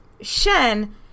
Shen